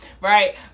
right